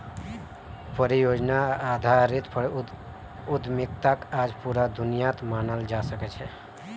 परियोजनार आधारित उद्यमिताक आज पूरा दुनियात मानाल जा छेक